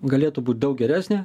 galėtų būt daug geresnė